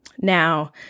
Now